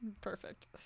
perfect